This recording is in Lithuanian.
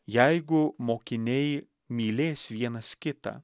jeigu mokiniai mylės vienas kitą